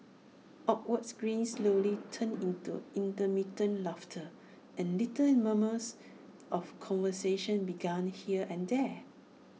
awkward grins slowly turned into intermittent laughter and little murmurs of conversation began here and there